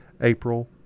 April